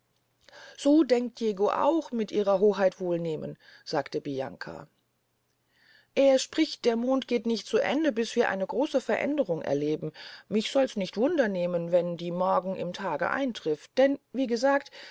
so denkt diego auch mit ihrer hoheit wohlnehmen sagte bianca er spricht der mond geht nicht zu ende bis wir eine große veränderung erleben mich solls nicht wunder nehmen wenn die morgen im tage eintrifft denn wie gesagt